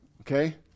Okay